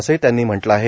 असही त्यांनी म्हटल आहे